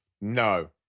No